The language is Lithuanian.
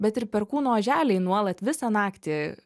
bet ir perkūno oželiai nuolat visą naktį